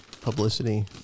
publicity